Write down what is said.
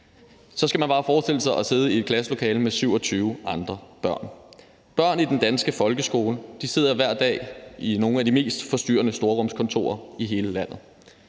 så skal man bare forestille sig at sidde i et klasselokale med 27 andre børn. Børn i den danske folkeskole sidder hver dag i nogle af de mest forstyrrende storrumskontorer i hele landet.